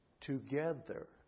together